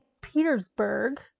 Petersburg